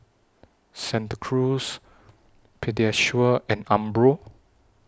Santa Cruz Pediasure and Umbro